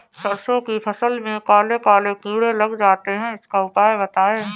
सरसो की फसल में काले काले कीड़े लग जाते इसका उपाय बताएं?